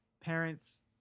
parents